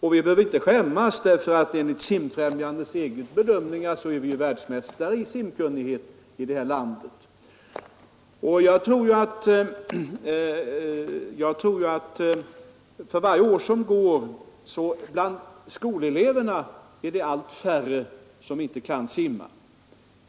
Vi behöver inte heller skämmas i detta avseende, eftersom vi i vårt land enligt Simfrämjandets egen bedömning är världsmästare i fråga om simkunnighet. Jag tror också att det för varje år blir allt färre bland skoleleverna som inte kan simma.